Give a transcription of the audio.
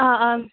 آ آ